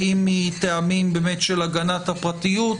ואם מטעמים באמת של הגנת הפרטיות.